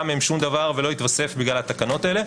מהם שום דבר ולא יתווסף בגלל התקנות האלה,